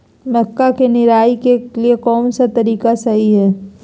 मक्का के निराई के लिए कौन सा तरीका सही है?